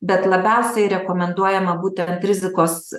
bet labiausiai rekomenduojama būtent rizikos